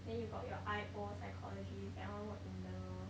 then you got your I_O psychologist that [one] work in the